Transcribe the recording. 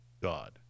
God